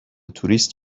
توریست